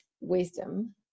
wisdom